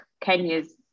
Kenya's